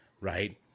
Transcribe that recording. right